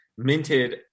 minted